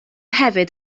hefyd